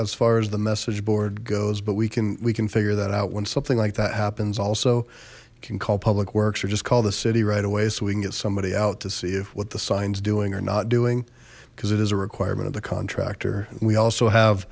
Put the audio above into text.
as far as the message board goes but we can we can figure that out when something like that happens also you can call public works or just call the city right away so we can get somebody out to see if what the sign is doing or not doing because it is a requirement of the contractor we also have